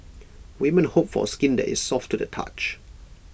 women hope for skin that is soft to the touch